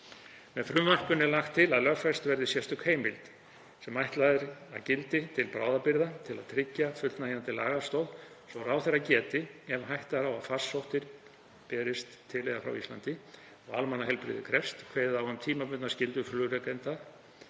Með frumvarpinu er lagt til að lögfest verði sérstök heimild sem ætlað er að gildi til bráðabirgða til að tryggja fullnægjandi lagastoð svo að ráðherra geti, ef hætta er á að farsóttir berist til eða frá Íslandi, og almannaheilbrigði krefst, kveðið á um tímabundnar skyldur